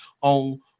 on